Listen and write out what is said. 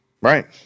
right